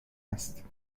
است